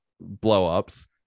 blow-ups